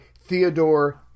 Theodore